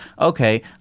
okay